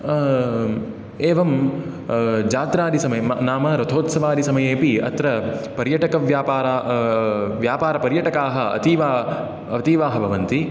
एवं जात्रादिसमये ना नाम रथोत्सवादिसमये अपि अत्र पर्यटकव्यापार व्यापारपर्यटकाः अतीव अतीवः भवन्ति